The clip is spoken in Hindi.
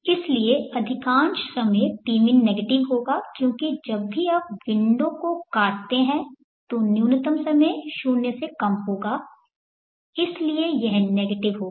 इसलिए अधिकांश समय tmin नेगेटिव होगा क्योंकि जब भी आप विंडो को काटते हैं तो न्यूनतम समय 0 से कम होगा इसलिए यह नेगेटिव होगा